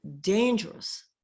dangerous